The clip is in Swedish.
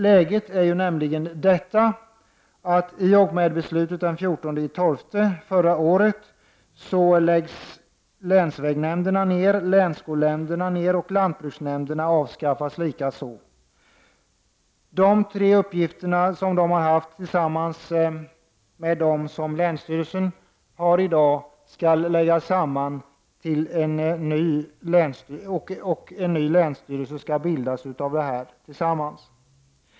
Läget är ju nämligen detta, att länsvägnämnderna, länsskolnämnderna och lika så lantbruksnämnderna i och med beslutet den 14 december förra året lades ned. De uppgifter som dessa nämnder har haft skall tillsammans med de uppgifter som länsstyrelsen i dag har läggas över på en ny länsstyrelse som skall bildas.